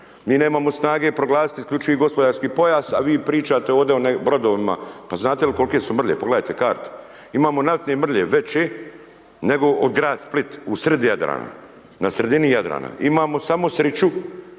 Mi nemamo snage proglasiti isključivi gospodarski pojas a vi pričate ovdje o brodovima. Pa znate li koliko su mrlje, pogledajte karte. Imamo naftne mrlje veće nego grad Split usred Jadrana. Na sredini Jadrana. Imamo samo sreću